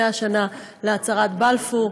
מאה שנה להצהרת בלפור.